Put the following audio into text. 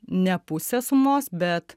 ne pusę sumos bet